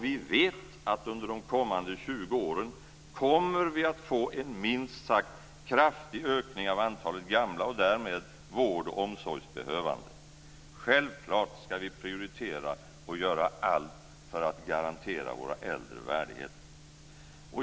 Vi vet att under de kommande 20 åren kommer vi att få en minst sagt kraftig ökning av antalet gamla och därmed vård och omsorgsbehövande. Självklart ska vi prioritera och göra allt för att garantera våra äldre värdighet.